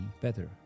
better